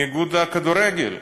מאיגוד הכדורגל.